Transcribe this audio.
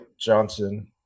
Johnson